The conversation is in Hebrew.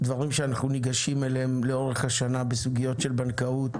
זו סקירה על הדברים שאנחנו ניגשים אליהם לאורך השנה בסוגיות של בנקאות,